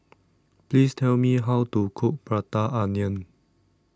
Please Tell Me How to Cook Prata Onion